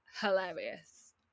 hilarious